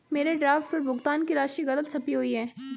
मेरे ड्राफ्ट पर भुगतान की राशि गलत छपी हुई है